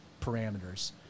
parameters